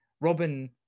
robin